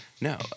No